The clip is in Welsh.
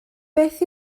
beth